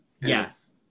Yes